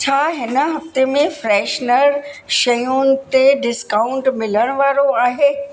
छा हिन हफ़्ते में फ्रैशनर शयुनि ते डिस्काउंट मिलण वारो आहे